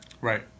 Right